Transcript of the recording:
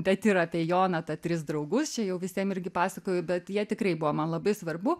bet ir apie joną tą tris draugus čia jau visiem irgi pasakoju bet jie tikrai buvo man labai svarbu